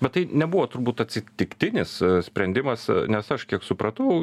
bet tai nebuvo turbūt atsitiktinis sprendimas nes aš kiek supratau